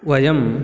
वयं